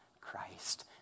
Christ